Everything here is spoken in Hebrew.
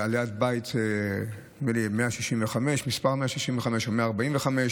על יד בית מס' 165 או 145,